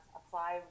apply